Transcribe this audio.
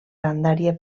grandària